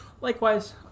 likewise